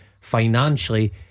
Financially